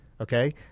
Okay